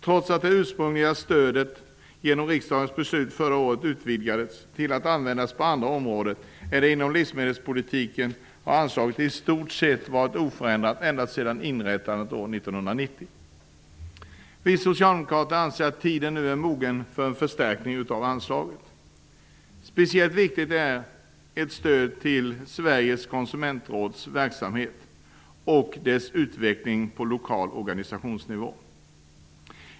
Trots att det ursprungliga stödet genom riksdagens beslut förra året utvidgades till att användas på andra områden än inom livsmedelspolitiken har anslaget i stort sett varit oförändrat ända sedan inrättandet år 1990. Vi socialdemokrater anser att tiden nu är mogen för en förstärkning av anslaget. Speciellt viktigt är stöd till Konsumentrådets verksamhet och dess utveckling på lokal organisationsnivå.